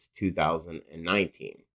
2019